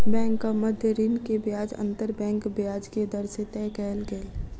बैंकक मध्य ऋण के ब्याज अंतर बैंक ब्याज के दर से तय कयल गेल